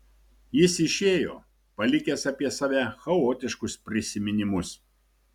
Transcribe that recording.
jis išėjo palikęs apie save chaotiškus prisiminimus